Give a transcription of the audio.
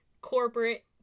corporate